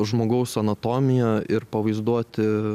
žmogaus anatomiją ir pavaizduoti